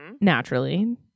Naturally